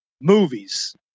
movies